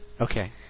Okay